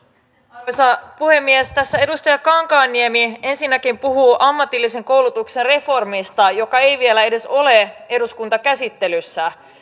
arvoisa puhemies tässä edustaja kankaanniemi ensinnäkin puhui ammatillisen koulutuksen reformista joka ei vielä edes ole eduskuntakäsittelyssä